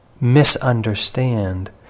misunderstand